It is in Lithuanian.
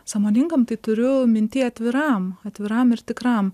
sąmoningam tai turiu minty atviram atviram ir tikram